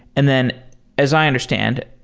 and then as i understand,